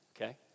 Okay